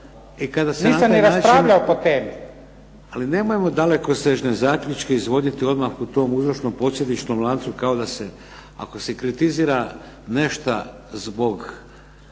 Vladimir (HDZ)** Ali nemojmo dalekosežne zaključke izvoditi odmah u tom uzročno-posljedičnom lancu kao da se, ako se kritizira nešto zbog